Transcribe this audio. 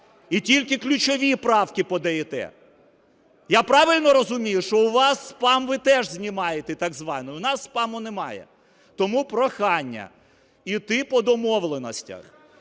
і тільки ключові правки подаєте? Я правильно розумію, що у вас спам ви теж знімаєте так званий? У нас спаму немає. Тому прохання йти по домовленостях.